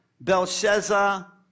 Belshazzar